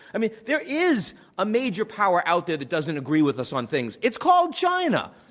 i mean, there is a major power out there that doesn't agree with us on things. it's called china,